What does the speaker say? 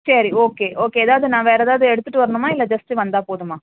சரி okay okay ஏதாவது நான் வேறு ஏதாவது எடுத்துகிட்டு வரணுமா இல்லை ஜஸ்ட் வந்தால் போதுமா